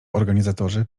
organizatorzy